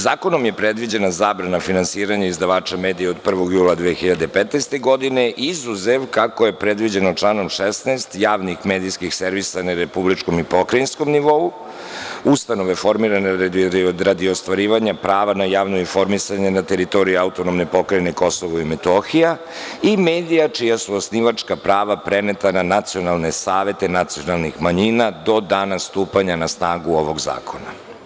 Zakonom je predviđena zabrana finansiranja izdavača medija od 1. jula 2015. godine, izuzev, kako je predviđeno članom 16, javnih medijskih servisa na republičkom i pokrajinskom nivou, ustanove formirane radi ostvarivanja prava na javno informisanje na teritoriji AP Kosovo i Metohija i medija čija su osnivačka prava preneta na nacionalne savete nacionalnih manjina do dana stupanja na snagu ovog zakona.